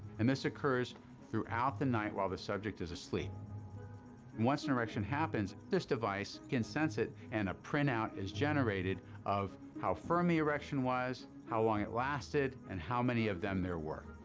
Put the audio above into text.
and this occurs throughout the night while the subject is asleep. and once an erection happens, this device can sense it and a printout is generated of how firm the erection was, how long it lasted and how many of them there were,